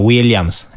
Williams